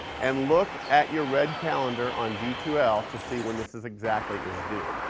and look at your red calendar on d two l to see when this is exactly is due,